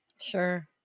Sure